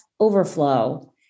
overflow